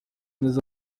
aza